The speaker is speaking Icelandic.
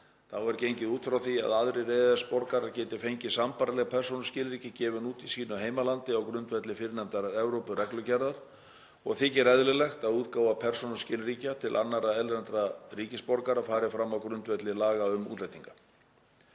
Þá er gengið út frá því að aðrir EES-borgarar geti fengið sambærileg persónuskilríki gefin út í sínu heimalandi á grundvelli fyrrnefndrar Evrópureglugerðar og þykir eðlilegt að útgáfa persónuskilríkja til annarra erlendra ríkisborgara fari fram á grundvelli laga um útlendinga.